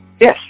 yes